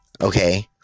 okay